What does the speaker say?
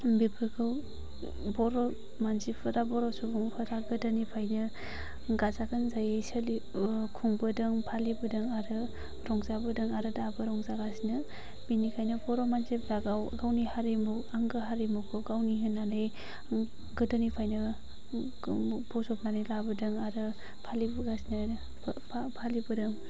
बेफोरखौ बर' मानसिफोरा बर' सुबुंफोरा गोदोनिफ्रायनो गाजा गोमजायै सोलि खुंबोदों फालिबोदों आरो रंजाबोदों आरो दाबो रंजागासिनो बेनिखायनो बर' मानसिफ्रा गाव गावनि हारिमु आंगो हारिमुखौ गावनि होननानै गोदोनिफ्रायनो बजबनानै लाबोदों आरो फालि बोगासिनो फालि बोदों